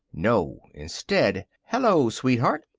no. instead hello, sweetheart!